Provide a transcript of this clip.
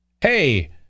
hey